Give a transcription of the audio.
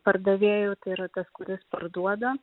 pardavėju tai yra tas kuris parduoda